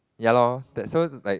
ya lor that so like